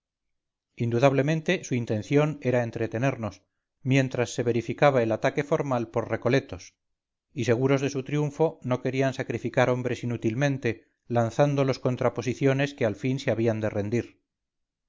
indudablemente su intención era entretenernos mientras se verificaba el ataque formal por recoletos y seguros de su triunfo no querían sacrificar hombres inútilmente lanzándolos contra posiciones que al fin se habían de rendir